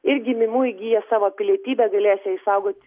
ir gimimu įgiję savo pilietybę galės ją išsaugot